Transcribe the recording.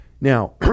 now